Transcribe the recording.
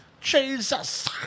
Jesus